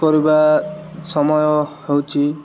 କରିବା ସମୟ ହେଉଛି